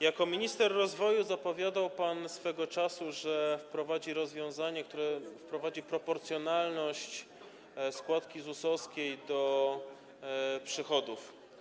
Jako minister rozwoju zapowiadał pan swego czasu rozwiązanie, które wprowadzi proporcjonalność składki ZUS-owskiej do przychodów.